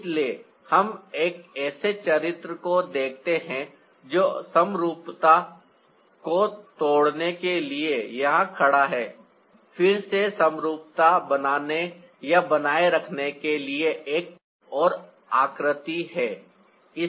इसलिए हम एक ऐसे चरित्र को देखते हैं जो समरूपता को तोड़ने के लिए यहां खड़ा है फिर से समरूपता बनाने या बनाए रखने के लिए एक और आकृति है